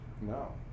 No